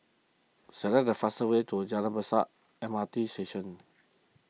select the fastest way to Jalan Besar M R T Station